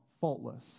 faultless